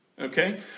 Okay